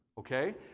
Okay